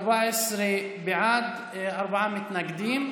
14 בעד, ארבעה מתנגדים.